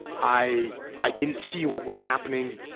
i i didn't see what was happening.